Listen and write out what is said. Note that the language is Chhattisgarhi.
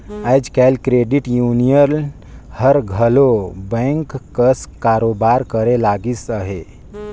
आएज काएल क्रेडिट यूनियन हर घलो बेंक कस कारोबार करे लगिस अहे